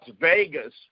Vegas